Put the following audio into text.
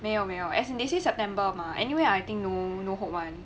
没有没有 as in they say september mah anyway I think no no hope [one]